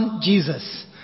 Jesus